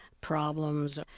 problems